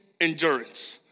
endurance